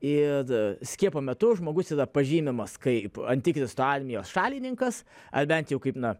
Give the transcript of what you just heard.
ir skiepo metu žmogus yra pažymimas kaip antikristo armijos šalininkas ar bent jau kaip na